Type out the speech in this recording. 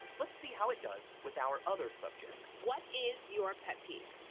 let's see how it does with our other subjects. what is your pet peeve?